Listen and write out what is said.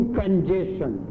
congestion